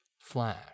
Flash